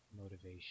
motivation